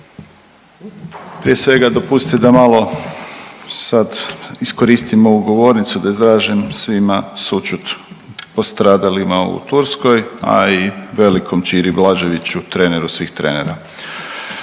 prije svega dopustite da malo sad iskoristim ovu govornicu da izrazim svima sućut, postradalima u Turkoj, a i velikom Čiri Blaževiću treneru svih trenera.